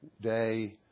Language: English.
day